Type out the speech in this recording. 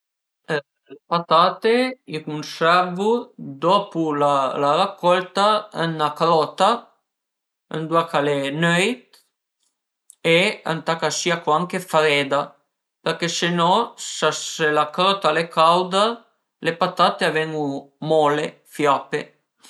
Le patate i cunservu dopu la racolta ën 'na crota ëndua ch'al e nöit e ëntà ch'a sia co anche freida përché se no se la crota al e cauda le patate a ven-u mole, fiape